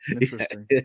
interesting